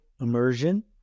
Immersion